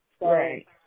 Right